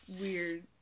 weird